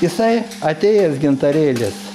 jisai atėjęs gintarėlis